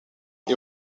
est